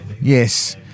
Yes